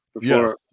Yes